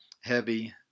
heavy